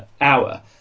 hour